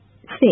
Six